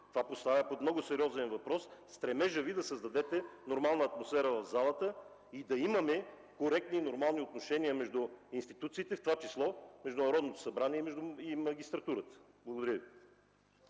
това поставя под много сериозен въпрос стремежът Ви да създадете нормална атмосфера в залата и да имаме коректни и нормални отношения между институциите, в това число между Народното събрание и магистратурата. Благодаря.